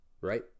Right